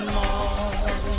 more